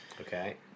Okay